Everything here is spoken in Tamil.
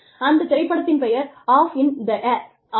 அந்த திரைப்படத்தின் பெயர் அப் இன் தி ஏர் ஆகும்